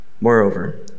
Moreover